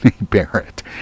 Barrett